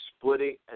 splitting